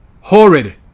horrid